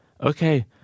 Okay